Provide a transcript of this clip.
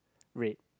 rate